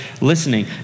listening